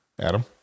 Adam